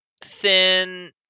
thin